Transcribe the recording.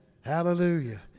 hallelujah